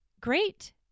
great